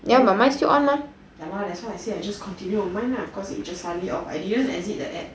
ya but mine still on mah ya lah that's why I said I just continue on mine nah cause it just suddenly off I didn't exit the app